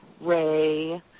Ray